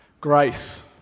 Grace